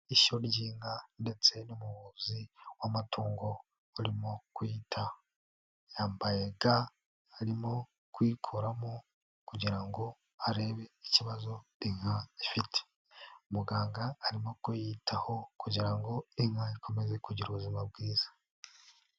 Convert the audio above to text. Ishyo ry'inka ndetse n'umuvuzi w'amatungo urimo kuyitaho, yambaye ga arimo kuyikoramo kugira ngo arebe ikibazo inka ifite, muganga arimo kuyitaho kugira ngo inka ikomeze kugira ubuzima bwiza.